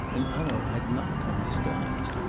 and hanaud had not come disguised.